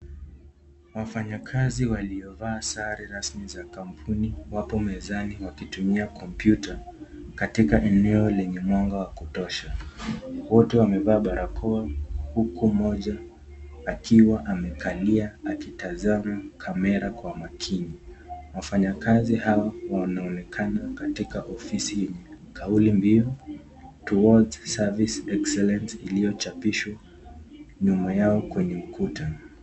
Wafanyakazi waliovaa sare rasmi za kampuni wapo mezani wakitumia kompyuta, katika eneo lenye mwanga wa kutosha. Wote wamevaa barakoa, huku mmoja akiwa amekalia akitazama kamera kwa makini. Wafanyakazi hao wanaonekana katika ofisi yenye kaulimbiu, Towards Service Excellence iliyochapishwa nyuma yao kwenye ukuta.